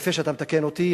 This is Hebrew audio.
יפה שאתה מתקן אותי,